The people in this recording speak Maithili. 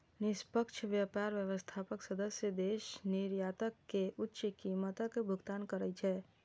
निष्पक्ष व्यापार व्यवस्थाक सदस्य देश निर्यातक कें उच्च कीमतक भुगतान करै छै